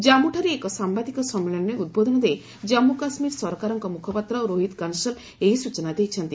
ଜାମ୍ମୁଠାରେ ଏକ ସାମ୍ଭାଦିକ ସମ୍ମିଳନୀରେ ଉଦ୍ବୋଧନ ଦେଇ ଜାମ୍ମୁ କାଶ୍ମୀର ସରକାରଙ୍କ ମୁଖପାତ୍ର ରୋହିତ କନସଲ୍ ଏହି ସ୍ବଚନା ଦେଇଛନ୍ତି